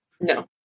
No